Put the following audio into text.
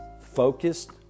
focused